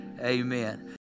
Amen